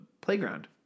playground